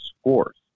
scores